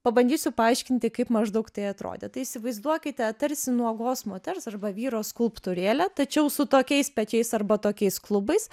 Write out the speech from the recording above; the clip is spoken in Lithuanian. pabandysiu paaiškinti kaip maždaug tai atrodė tai įsivaizduokite tarsi nuogos moters arba vyro skulptūrėlę tačiau su tokiais pečiais arba tokiais klubais